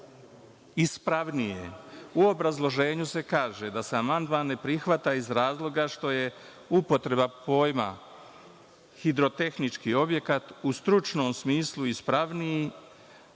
ispravnije.U obrazloženju se kaže – da se amandman ne prihvata iz razloga što je upotreba pojma „hidrotehnički objekat“ u stručnom smislu ispravniji,